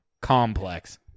complex